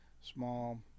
Small